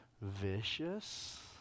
vicious